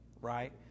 right